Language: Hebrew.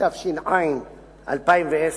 התש"ע 2010,